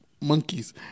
monkeys